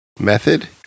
method